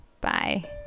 Bye